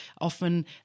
often